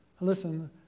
Listen